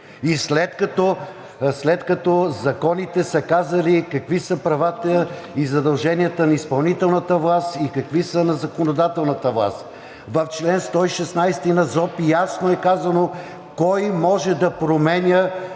и след като законите са казали какви са правата и задълженията на изпълнителната власт, и какви са на законодателната власт. В чл. 116 на ЗОП ясно е казано кой може да променя